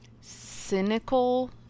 Cynical